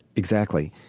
exactly.